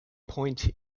pointe